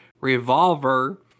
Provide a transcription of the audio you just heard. Revolver